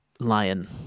Lion